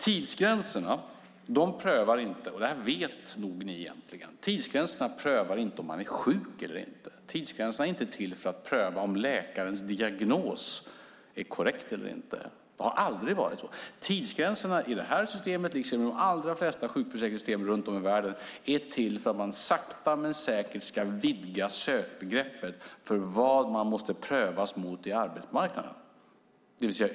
Tidsgränserna prövar inte - det vet ni nog egentligen - om man är sjuk eller inte. Tidsgränserna är inte till för att pröva om läkarens diagnos är korrekt eller inte. Det har aldrig varit så. Tidsgränserna i det här systemet, liksom i de allra flesta sjukförsäkringssystem runt om i världen, är till för att man sakta men säkert ska vidga sökbegreppet för vad man måste prövas mot i arbetsmarknaden.